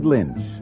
Lynch